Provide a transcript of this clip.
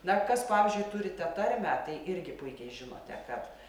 na kas pavyzdžiui turite tarmę tai irgi puikiai žinote kad